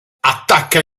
attacca